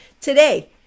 Today